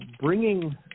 bringing